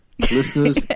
Listeners